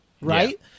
right